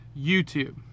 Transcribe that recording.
YouTube